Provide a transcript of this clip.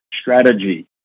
strategy